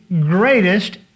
greatest